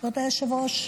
כבוד היושב-ראש,